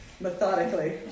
methodically